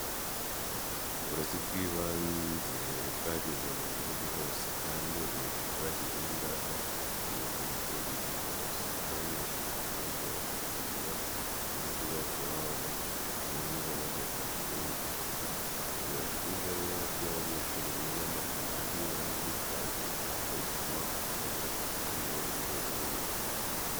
Uburezi bw'ibanze bwageze mu gihugu hose kandi ubuyobozi bwashyizemo imbaraga bwubaka amashuri mu gihugu hose, aho abanyeshuri bakora ingendo ngufi bava iwabo mu ngo bajya ku mashuri aho biga. Biba byiza rero iyo abanyeshuri biga mu burezi bw'ibanze bitaweho kuko bituma bagera ku mitsindire yo ku rwego rwo hejuru.